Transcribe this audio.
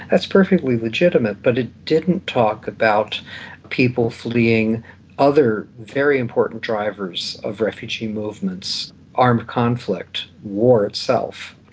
that's perfectly legitimate, but it didn't talk about people fleeing other very important drivers of refugee movements armed conflict, war itself,